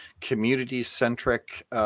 community-centric